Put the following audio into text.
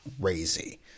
crazy